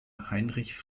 heinrich